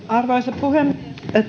arvoisa puhemies